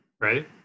right